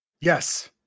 Yes